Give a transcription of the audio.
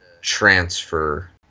transfer